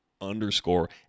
underscore